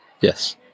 Yes